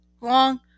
long